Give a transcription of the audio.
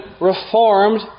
reformed